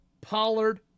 Pollard